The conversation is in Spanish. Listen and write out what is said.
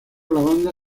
banda